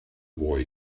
boy